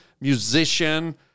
musician